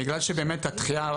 בגלל שבאמת הדחייה,